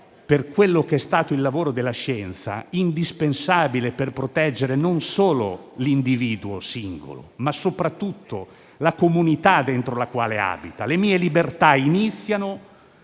per quello che è stato il lavoro della Scienza, è indispensabile per proteggere non solo l'individuo singolo, ma soprattutto la comunità dentro la quale abita. Le mie libertà iniziano